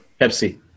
Pepsi